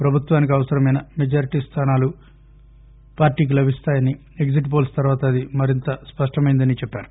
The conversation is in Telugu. ప్రభుత్వానికి అవసరమైన మెజార్టీ స్థానాలు పార్టీకి లభిస్తాయని ఎగ్టిట్ హోల్స్ తర్వాత అది మరింత స్పష్టమైందని చెప్పారు